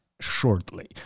shortly